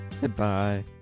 Goodbye